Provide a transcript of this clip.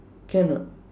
can what